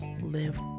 live